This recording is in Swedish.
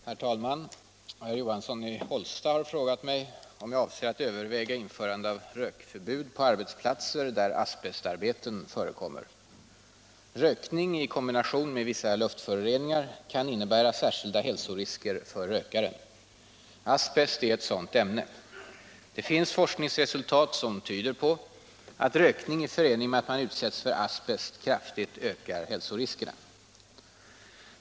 Herr talman! Herr Johansson i Hållsta har frågat mig om jag avser att överväga införande av rökförbud på arbetsplatser där asbestarbeten förekommer. Rökning i kombination med vissa luftföroreningar kan innebära särskilda hälsorisker för rökaren. Asbest är ett sådant ämne. Det finns forskningsresultat som tyder på att rökning i förening med att man utsätts för asbest kraftigt ökar hälsoriskerna.